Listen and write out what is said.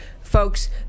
Folks